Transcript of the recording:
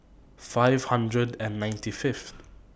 five hundred and ninety five